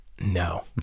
No